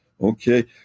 okay